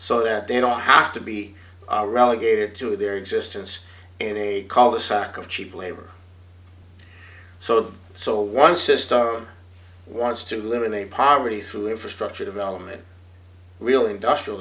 so that they don't have to be relegated to their existence in a call the sack of cheap labor so them so one system wants to live in a poverty through infrastructure development real industrial